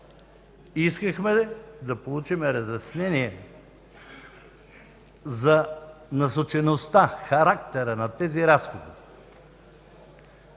Искахме да получим разяснение за насочеността, характера на тези разходи.